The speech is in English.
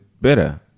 better